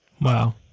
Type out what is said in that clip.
Wow